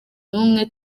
n’umwe